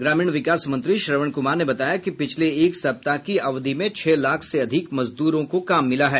ग्रामीण विकास मंत्री श्रवण कुमार ने बताया कि पिछले एक सप्ताह की अवधि में छह लाख से अधिक मजदूरों को काम मिला है